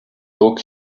book